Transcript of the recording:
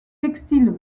textiles